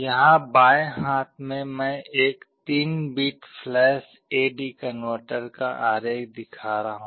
यहां बाएं हाथ पर मैं एक 3 bit flash A D converter का आरेख दिखा रहा हूं